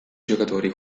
giocatori